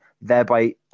thereby